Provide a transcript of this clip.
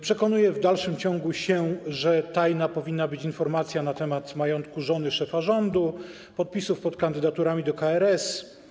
Przekonuje się w dalszym ciągu, że tajna powinna być informacja na temat majątku żony szefa rządu, podpisów pod kandydaturami do KRS.